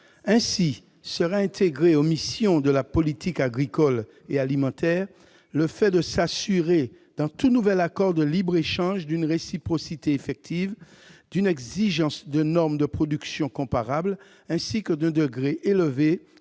Ainsi, serait intégré aux missions de la politique agricole et alimentaire le fait de « s'assurer dans tout nouvel accord de libre-échange d'une réciprocité effective [...], d'une exigence de normes de production comparables, ainsi que d'un degré élevé